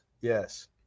Yes